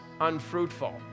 unfruitful